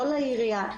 לא לעיריה,